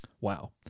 Wow